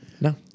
No